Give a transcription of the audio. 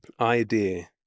idea